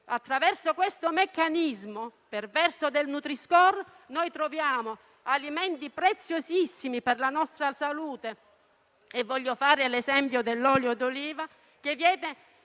Attraverso il meccanismo perverso del nutri-score troviamo alimenti preziosissimi per la nostra salute - voglio fare l'esempio dell'olio d'oliva - che